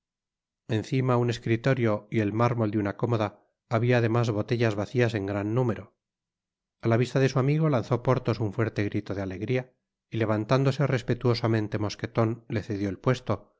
encima un escritorio y el mármol de una cómoda habia además botellas vacias en gran número a la vista de su amigo lanzó porthos un fuerte grilo de alegría y levantándose respetuosamente mosqueton le cedió el puesto